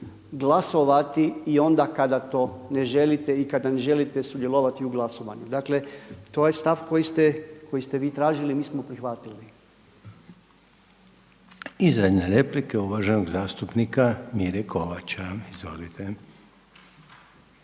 glasovati i onda kada to ne želite i kada ne želite sudjelovati u glasovanju. Dakle to je stav koji ste vi tražili mi smo prihvatili. **Reiner, Željko (HDZ)** I zadnja replika uvaženog zastupnika Mire Kovača. Izvolite.